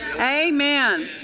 Amen